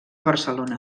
barcelona